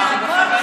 לא בכוונה,